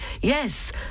Yes